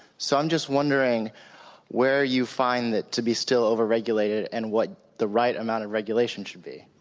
so i'm just wondering where you find it to be still overregulated and what the right amount of regulation should be.